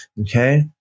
Okay